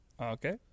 Okay